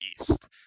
East